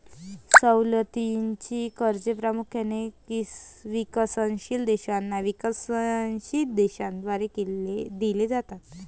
सवलतीची कर्जे प्रामुख्याने विकसनशील देशांना विकसित देशांद्वारे दिली जातात